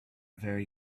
very